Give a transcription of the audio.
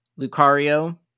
Lucario